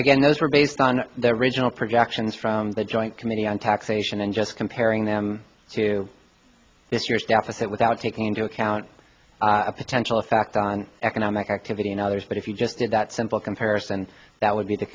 again those were based on the original projections from the joint committee on taxation and just comparing them to this year's deficit without taking into account a potential effect on economic activity and others but if you just did that simple comparison that would be the